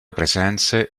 presenze